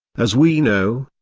as we know,